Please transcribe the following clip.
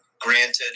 granted